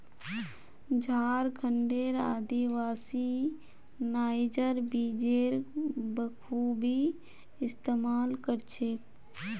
झारखंडेर आदिवासी नाइजर बीजेर बखूबी इस्तमाल कर छेक